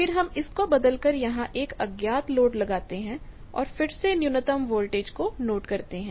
फिर हम इस को बदल कर यहां एक अज्ञात लोड लगाते हैं और फिर से न्यूनतम वोल्टेज को नोट करते हैं